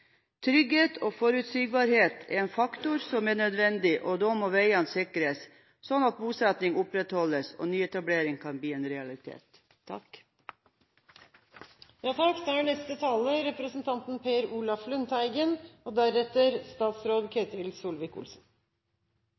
Trygghet og forutsigbarhet er en faktor som er nødvendig, og da må veiene sikres, slik at bosetning opprettholdes og nyetablering kan bli en realitet.